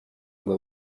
ngo